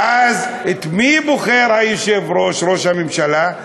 ואז, את מי בוחר היושב-ראש, ראש הממשלה?